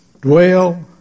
dwell